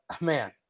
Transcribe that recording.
man